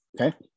okay